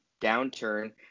downturn